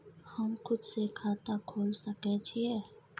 हम खुद से खाता खोल सके छीयै?